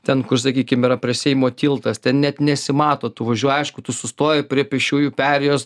ten kur sakykim yra prie seimo tiltas ten net nesimato tu važiuoji aišku tu sustoji prie pėsčiųjų perėjos